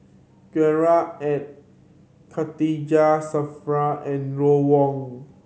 Gerard Ee Khatijah Surattee and Ron Wong